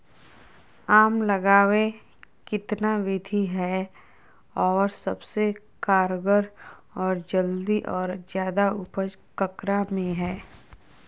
आम लगावे कितना विधि है, और सबसे कारगर और जल्दी और ज्यादा उपज ककरा में है?